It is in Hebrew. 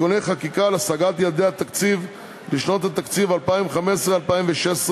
(תיקוני חקיקה להשגת יעדי התקציב לשנות התקציב 2015 ו-2016),